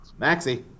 Maxi